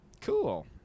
Cool